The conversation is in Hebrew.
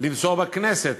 למסור בכנסת,